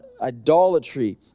idolatry